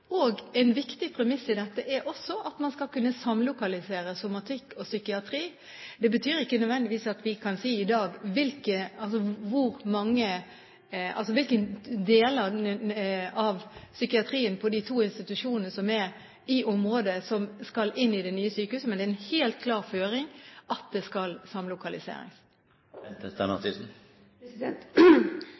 En viktig premiss i dette er også at man skal kunne samlokalisere somatikk og psykiatri. Det betyr ikke nødvendigvis at vi i dag kan si hvilke deler av psykiatrien i de to institusjonene som er i området, som skal inn i det nye sykehuset, men det er en helt klar føring at det skal